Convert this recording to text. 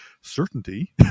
certainty